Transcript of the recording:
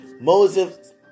Moses